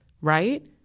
right